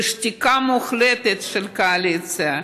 שתיקה מוחלטת של הקואליציה.